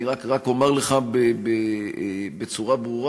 אני רק אומר בצורה ברורה,